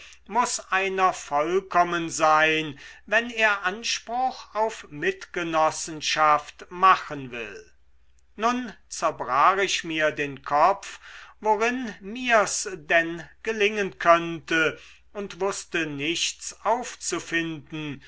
muß einer vollkommen sein wenn er anspruch auf mitgenossenschaft machen will nun zerbrach ich mir den kopf worin mir's denn gelingen könnte und wußte nichts aufzufinden